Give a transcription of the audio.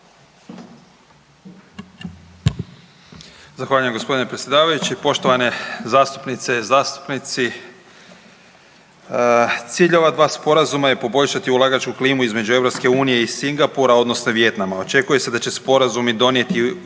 Zahvaljujem g. predsjedavajući, poštovane zastupnice i zastupnici. Cilj ova dva sporazuma je poboljšati ulagačku klimu između EU i Singapura odnosno Vijetnama. Očekuje se da će sporazumi donijeti koristi ulagačima iz EU u smislu